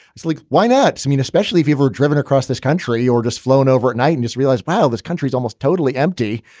it's like, why not? i mean, especially if you were driven across this country or just flown over at night. and realized while this country's almost totally empty,